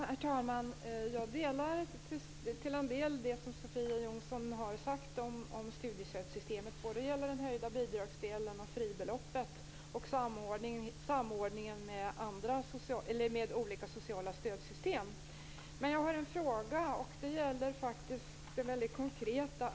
Herr talman! Jag delar till en del det som Sofia Jonsson har sagt om studiemedelssystemet, både när det gäller den höjda bidragsdelen och fribeloppet samt samordningen med olika sociala stödsystem. Jag har en fråga som gäller något mycket konkret.